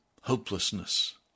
hopelessness